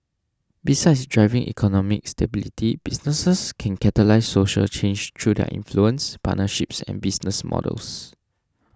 besides driving economic stability businesses can catalyse social change through their influence partnerships and business models